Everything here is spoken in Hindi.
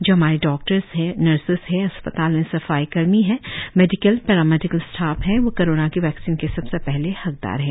जो हमारे डाक्टर्स हैं नर्सिस हैं अस्पताल में सफाई कर्मी हैं मेडिकल पेरामैडिकल स्टॉफ हैं वो कोरोना की वैक्सीन के सबसे पहले हकदार हैं